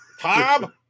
Tom